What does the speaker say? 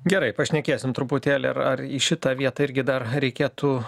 gerai pašnekėsim truputėlį ar ar į šitą vietą irgi dar reikėtų